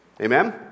Amen